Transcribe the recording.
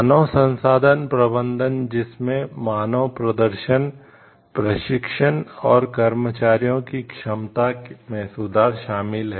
मानव संसाधन प्रबंधन जिसमें मानव प्रदर्शन प्रशिक्षण और कर्मचारियों की क्षमता में सुधार शामिल है